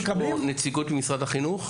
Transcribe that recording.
דרך אגב, יש פה נציגות ממשרד החינוך?